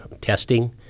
testing